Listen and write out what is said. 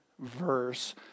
verse